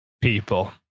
people